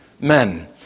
men